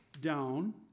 down